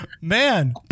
Man